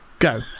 Go